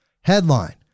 Headline